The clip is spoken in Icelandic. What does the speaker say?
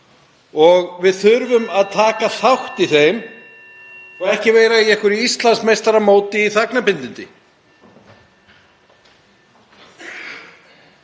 og við þurfum að taka þátt í þeim en ekki vera á einhverju Íslandsmeistaramóti í þagnarbindindi.